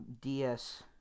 DS